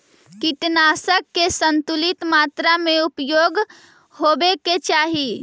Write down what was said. कीटनाशक के संतुलित मात्रा में उपयोग होवे के चाहि